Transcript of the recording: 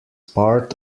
part